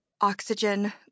Oxygen